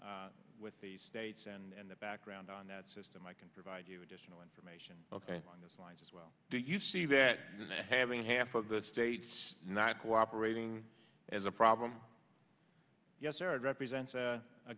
record with the states and the background on that system i can provide you additional information on those lines as well do you see that having half of the states not cooperating as a problem yes sir it represents a